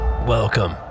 welcome